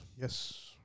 Yes